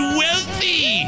wealthy